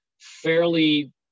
fairly